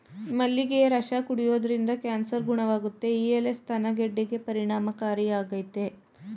ಮಲ್ಲಿಗೆಯ ರಸ ಕುಡಿಯೋದ್ರಿಂದ ಕ್ಯಾನ್ಸರ್ ಗುಣವಾಗುತ್ತೆ ಈ ಎಲೆ ಸ್ತನ ಗೆಡ್ಡೆಗೆ ಪರಿಣಾಮಕಾರಿಯಾಗಯ್ತೆ